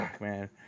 man